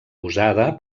usada